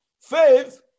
Faith